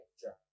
picture